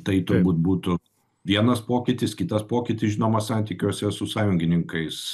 tai turbūt būtų vienas pokytis kitas pokytis žinoma santykiuose su sąjungininkais